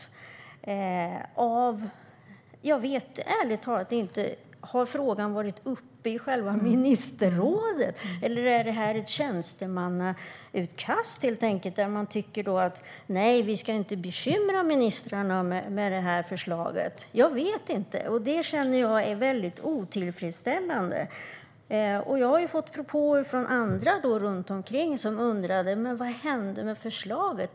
Jag vet ärligt talat inte om frågan har varit uppe i själva ministerrådet, eller är detta helt enkelt ett tjänstemannautkast och att man inte tycker att man ska bekymra ministrarna med detta förslag? Jag vet inte hur det är, och det känner jag är mycket otillfredsställande. Jag har fått propåer från andra runt omkring som undrat vad som hände med förslaget.